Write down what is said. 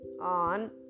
on